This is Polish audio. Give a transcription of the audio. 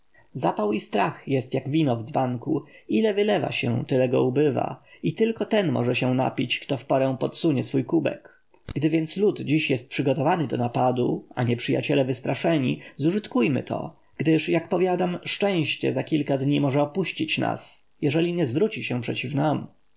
zapał i strach jest jak wino w dzbanku ile wylewa się tyle go ubywa i ten tylko może się napić kto w porę podsunie swój kubek gdy więc lud dziś jest przygotowany do napadu a nieprzyjaciele wystraszeni zużytkujmy to gdyż jak powiadam szczęście za kilka dni może opuścić nas jeżeli nie zwrócić się przeciw nam